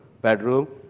bedroom